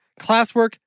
classwork